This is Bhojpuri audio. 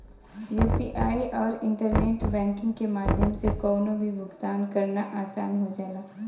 यू.पी.आई आउर इंटरनेट बैंकिंग के माध्यम से कउनो भी भुगतान करना आसान हो जाला